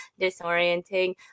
disorienting